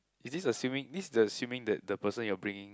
is this assuming this assuming that the person you're bringing